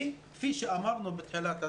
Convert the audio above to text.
וכפי שאמרנו בתחילה,